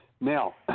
Now